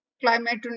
climate